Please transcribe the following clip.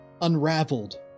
unraveled